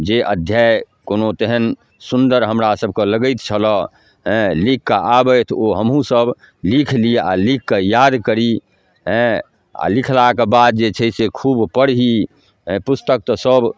जे अध्याय जे कोनो तेहन सुन्दर हमरा सभके लगैत छलै हेँ लिखिकऽ आबथि ओ हमहूँसभ लिखि ली आओर लिखिकऽ याद करी अँए आओर लिखलाके बाद जे छै से खूब पढ़ी पुस्तक तऽ सब